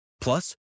Plus